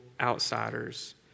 outsiders